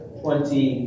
twenty